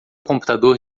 computador